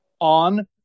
on